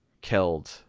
killed